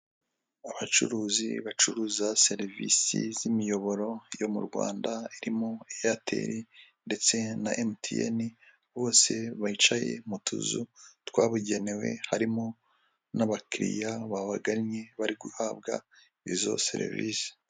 Abacuruzi bacuruza serivisi z' imiyoboro yo mu Rwanda irimo Eyateri ndetse na MTN bose bicaye mu tuzu twabugenewe, harimo n'abakiriya babagannye bari guhabwa izo serivisi.